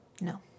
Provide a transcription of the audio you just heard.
No